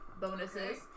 bonuses